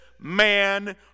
man